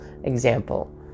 Example